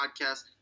podcast